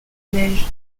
neige